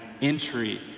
entry